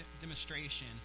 demonstration